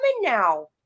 now